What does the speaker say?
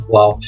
Wow